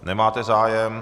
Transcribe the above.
Nemáte zájem.